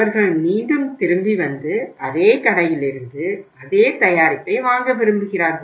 அவர்கள் மீண்டும் திரும்பி வந்து அதே கடையில் இருந்து அதே தயாரிப்பை வாங்க விரும்புகிறார்கள்